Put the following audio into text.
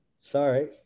sorry